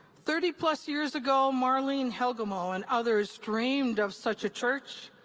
thirty plus years ago, marlene helgemaux and others dreamed of such a church.